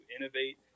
innovate